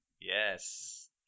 Yes